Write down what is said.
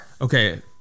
Okay